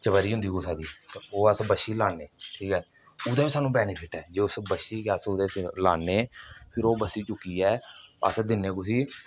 चबरीऽ होंदी कुसै दी ते ओह् अस बच्छी गी लान्ने ठीक ऐ ओह्दा बी सानूं बेनीफिट ऐ जो उस बच्छी गी अस ओह्दे उप्पर लान्ने फिर ओह् बच्छी चुक्कियै अस दिन्ने कुसै गी